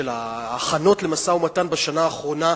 של ההכנות למשא-ומתן בשנה האחרונה,